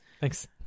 Thanks